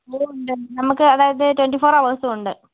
ഓ ഉണ്ട് നമുക്ക് അതായത് ട്വൻറ്റി ഫോർ അവേഴ്സും ഉണ്ട്